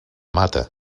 mata